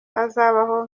azabaho